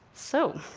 so,